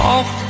Off